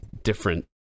different